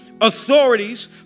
authorities